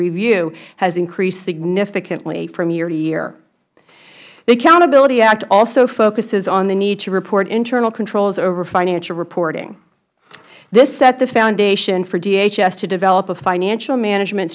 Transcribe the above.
review has increased significantly from year to year the accountability act also focuses on the need to report internal controls over financial reporting this set the foundation for dhs to develop a financial management